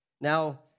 Now